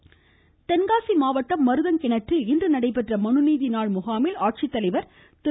இருவரி தென்காசி மாவட்டம் மருதன் கிணற்றில் இன்று நடைபெற்ற மனுநீதி நாள் முகாமில் ஆட்சித்தலைவர் திரு